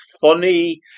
funny